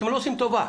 אתם לא עושים טובה,